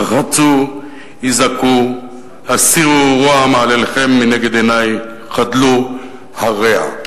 רחצו היזכו הסירו רוע מעלליכם מנגד עיני חידלו הרע.